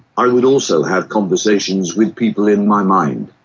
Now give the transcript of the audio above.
i would also have conversations with people in my mind.